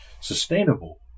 sustainable